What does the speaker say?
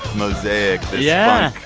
mosaic yeah.